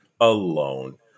Alone